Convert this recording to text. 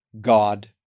God